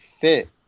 fit